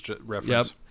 reference